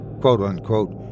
quote-unquote